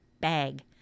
bag